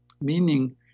Meaning